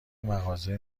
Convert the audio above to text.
مغازه